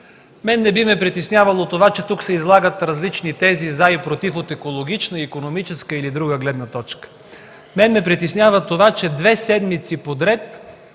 Мен не би ме притеснявало това, че тук се излагат различни тези „за” и „против” от екологична, икономическа или друга гледна точка. Мен ме притеснява това, че две седмици подред